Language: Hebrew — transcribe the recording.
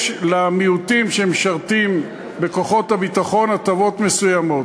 יש למיעוטים שמשרתים בכוחות הביטחון הטבות מסוימות.